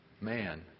man